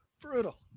brutal